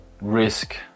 risk